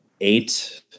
Eight